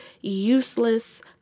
useless